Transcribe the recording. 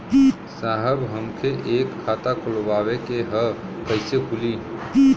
साहब हमके एक खाता खोलवावे के ह कईसे खुली?